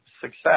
success